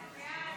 הצעת סיעת